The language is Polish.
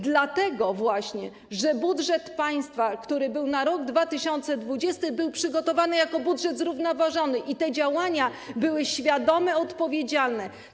Dlatego właśnie, że budżet państwa na rok 2020 był przygotowany jako budżet zrównoważony, te działania były świadome, odpowiedzialne.